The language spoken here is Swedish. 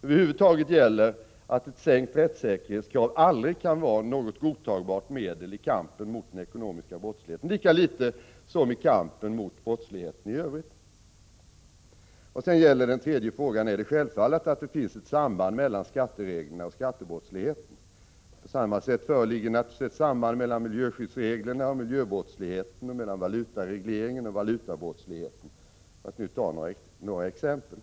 Över huvud taget gäller att ett sänkt rättssäkerhetskrav aldrig kan vara något godtagbart medel i kampen mot den ekonomiska brottsligheten, lika litet som i kampen mot brottsligheten i övrigt. Vad sedan gäller den tredje frågan är det självklart att det finns ett samband mellan skattereglerna och skattebrottsligheten. På samma sätt föreligger naturligtvis ett samband mellan miljöskyddsreglerna och miljöbrottsligheten och mellan valutaregleringen och valutabrottsligheten, för att nu ta några exempel.